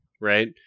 right